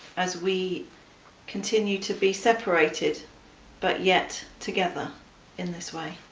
as we continue to be separated but yet together in this way.